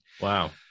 Wow